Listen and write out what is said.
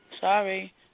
Sorry